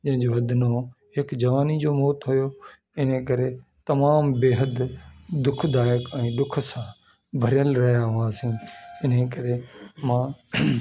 जंहिंजो हद न हो हिकु जवानी जो मौत हुयो इन करे तमामु बेहद दुखदायक ऐं डुख सां भरियल रहिया हुआसीं इनजे करे मां